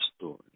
story